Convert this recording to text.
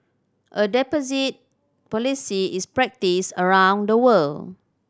a deposit policy is practised around the world